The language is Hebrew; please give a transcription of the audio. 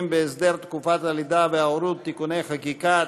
בהסדר תקופת הלידה וההורות (תיקוני חקיקה),